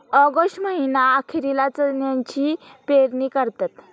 August महीना अखेरीला चण्याची पेरणी करतात